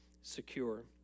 secure